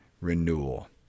renewal